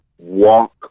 walk